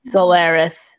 Solaris